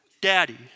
daddy